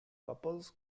couples